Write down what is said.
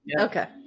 Okay